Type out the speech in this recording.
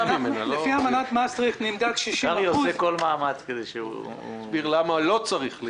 לפי אמנת מאסטריכט נמדד 60%. קרעי עושה כל מאמץ להסביר למה לא צריך.